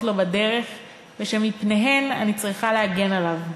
לו בדרך ושמפניהן אני צריכה להגן עליו.